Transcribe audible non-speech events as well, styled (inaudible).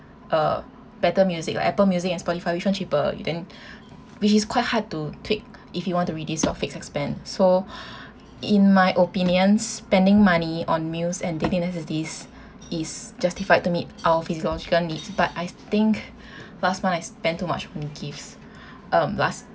uh better music like Apple Music and Spotify which one cheaper then which is quite hard to tweak if you want to reduce on fixed expense so (breath) in my opinion spending money on meals and daily necessities is justified to meet our physical needs but I think last month I spend too much on gifts um last